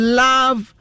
love